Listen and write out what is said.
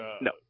no